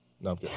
No